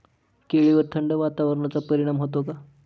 केळीवर थंड वातावरणाचा परिणाम होतो का?